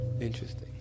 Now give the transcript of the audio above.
interesting